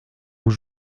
vous